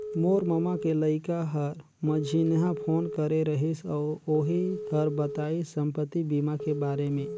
मोर ममा के लइका हर मंझिन्हा फोन करे रहिस अउ ओही हर बताइस संपति बीमा के बारे मे